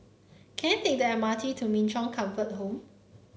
can I take the M R T to Min Chong Comfort Home